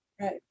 Right